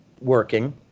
working